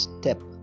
step